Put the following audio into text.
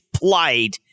plight